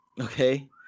okay